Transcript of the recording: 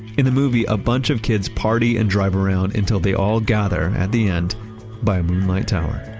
in the movie, a bunch of kids party and drive around until they all gather at the end by a moonlight tower